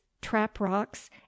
trap-rocks